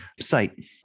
site